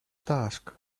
task